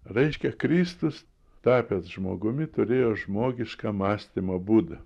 raiškią kristus tapęs žmogumi turėjo žmogišką mąstymo būdą